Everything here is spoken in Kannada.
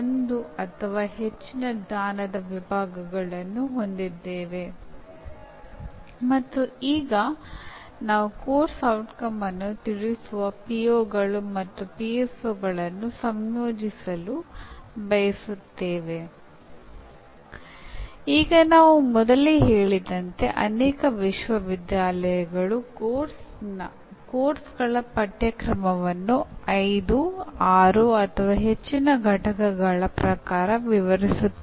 ಒಂದು ನಾವು ಮತ್ತೆ ಪರಿಚಿತ ಪದಗಳಾದ "ಕಲಿಕೆ" "ಮೌಲ್ಯಮಾಪನ" ಮತ್ತು "ಸೂಚನೆ" ಯನ್ನು ಪರಿಚಯಿಸಲು ಪ್ರಯತ್ನಿಸುತ್ತೇವೆ ಮತ್ತು "ಉತ್ತಮ ಕಲಿಕೆಗೆ" ಅನುಕೂಲವಾಗುವಂತೆ ಮೌಲ್ಯಮಾಪನದ ಕೇಂದ್ರತೆಯನ್ನು ಅರ್ಥಮಾಡಿಕೊಳ್ಳಲು ಪ್ರಯತ್ನಿಸುತ್ತೇವೆ